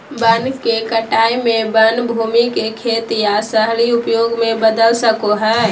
वन के कटाई में वन भूमि के खेत या शहरी उपयोग में बदल सको हइ